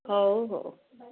ହଉ ହଉ